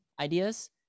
ideas